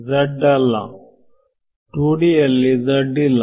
z ಅಲ್ಲ2D ಯಲ್ಲಿ z ಇಲ್ಲ